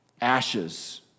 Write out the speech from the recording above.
ashes